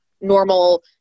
normal